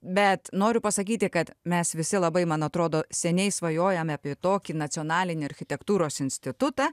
bet noriu pasakyti kad mes visi labai man atrodo seniai svajojome apie tokį nacionalinį architektūros institutą